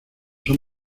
son